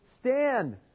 stand